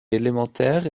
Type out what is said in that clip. élémentaires